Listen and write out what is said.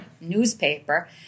newspaper